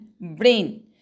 brain